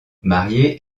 mariée